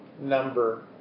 number